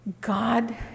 God